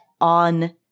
on